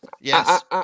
yes